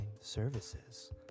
services